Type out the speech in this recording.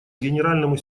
генеральному